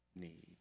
need